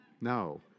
No